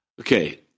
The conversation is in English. Okay